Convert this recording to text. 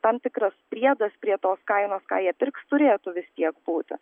tam tikras priedas prie tos kainos ką jie pirks turėtų vis tiek būti